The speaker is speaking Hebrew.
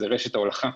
רשת ההולכה.